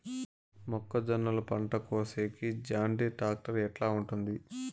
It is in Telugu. మొక్కజొన్నలు పంట కోసేకి జాన్డీర్ టాక్టర్ ఎట్లా ఉంటుంది?